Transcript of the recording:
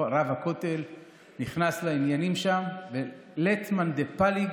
אני מייד אתחיל באיזשהו סגמנט ארצי,